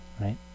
right